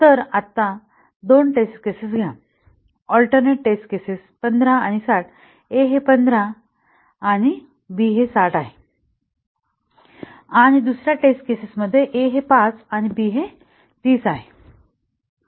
तर आता दोन टेस्ट केसेस घ्या अल्टर्नेट टेस्ट केसेस 15 आणि 60 a हे 15 आणि b हे 60 आहे आणि दुसऱ्या टेस्ट केसेस मध्ये a हे 5 आणि b हे 30 आहे